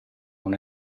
non